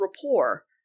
rapport